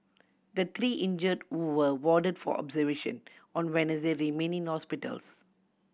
the three injured who were warded for observation on Wednesday remain in hospitals